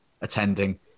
attending